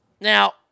Now